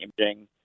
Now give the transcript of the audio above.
imaging